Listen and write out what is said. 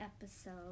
episode